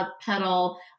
pedal